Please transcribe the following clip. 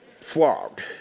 Flogged